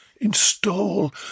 install